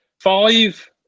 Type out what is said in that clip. Five